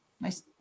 nice